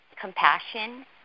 compassion